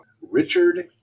Richard